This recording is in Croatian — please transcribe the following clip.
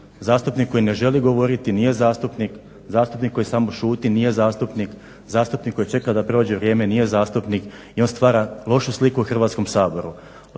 zastupnik koji ne želi govoriti nije zastupnik, zastupnik koji samo šuti nije zastupnik, zastupnik koji čeka da prođe vrijeme nije zastupnik i on stvara lošu sliku o Hrvatskoga saboru,